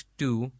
two